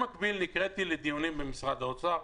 במקביל נקראתי לדיונים במשרד האוצר.